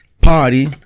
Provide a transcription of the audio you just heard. party